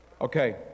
Okay